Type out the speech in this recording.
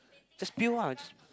just spill ah just